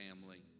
family